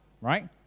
right